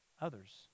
others